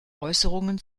äußerungen